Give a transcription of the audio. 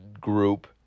group